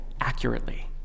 accurately